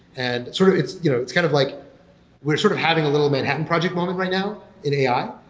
and sort of it's you know it's kind of like we're sort of having a little manhattan project moment right now in ai,